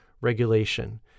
regulation